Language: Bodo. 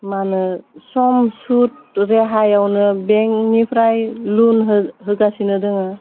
मा होनो सम सुट रेहायावनो बेंकनिफ्राय लुन हो होगासिनो दोङो